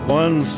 one